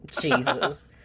Jesus